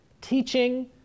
teaching